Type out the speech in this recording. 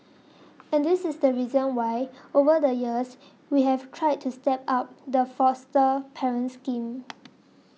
and this is the reason why over the years we have tried to step up the foster parent scheme